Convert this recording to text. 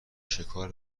شکار